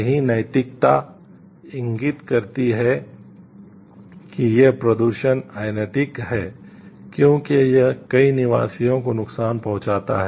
सही नैतिकता इंगित करती है कि यह प्रदूषण अनैतिक है क्योंकि यह कई निवासियों को नुकसान पहुंचाता है